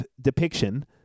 depiction